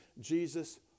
Jesus